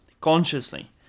consciously